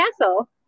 Castle